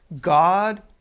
God